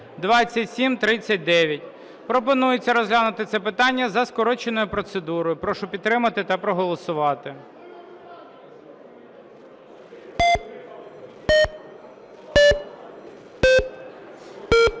2164). Пропонується розглянути це питання за скороченою процедурою. Прошу підтримати та проголосувати.